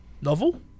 novel